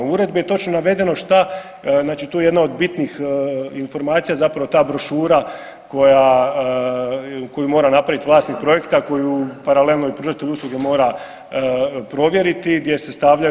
U Uredbi je točno navedeno što znači tu je jedna od bitnih informacija zapravo ta brošura koju mora napraviti vlasnik projekta koju paralelno i pružatelj usluge mora provjeriti gdje se stavljaju.